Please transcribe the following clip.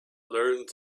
learned